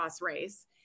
race